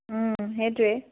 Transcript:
সেইটোৱে